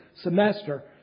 semester